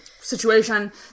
situation